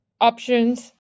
options